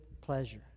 pleasure